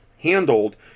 handled